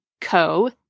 co